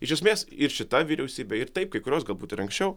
iš esmės ir šita vyriausybė ir taip kai kurios galbūt ir anksčiau